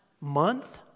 month